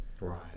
Right